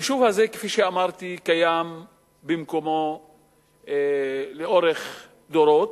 כפי שאמרתי, היישוב הזה קיים במקומו לאורך דורות,